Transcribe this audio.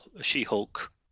she-hulk